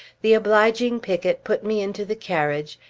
the obliging picket put me into the carriage,